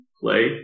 play